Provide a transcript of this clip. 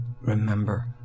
remember